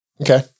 Okay